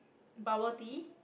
bubble tea